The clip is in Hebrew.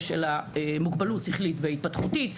זה של המוגבלות שכלית והתפתחותית.